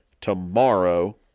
tomorrow